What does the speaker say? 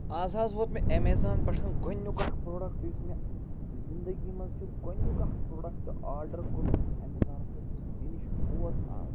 اَز حظ ووت مےٚ ایمیزان پٮ۪ٹھ گۄڈنیُک اَکھ پرٛوڈَکہٕ یُس مےٚ زِنٛدگی منٛز چھُ گۄڈنیُک اَکھ پرٛوڈَکٹہٕ آرڈر کوٚرمُت ایمیزانس پٮ۪ٹھ یُس مےٚ نِش ووت اَز